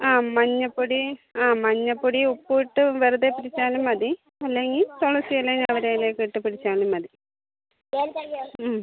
ആ മഞ്ഞപ്പൊടി ആ മഞ്ഞപ്പൊടിയും ഉപ്പും ഇട്ട് വെറുതെ പിടിച്ചാലും മതി അല്ലെങ്കിൽ തുളസി ഇലയും ഞവര ഇല ഒക്കെ ഇട്ട് പിടിച്ചാലും മതി